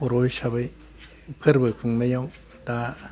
बर' हिसाबै फोरबो खुंनायाव दा